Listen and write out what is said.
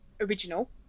original